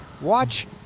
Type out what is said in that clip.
watch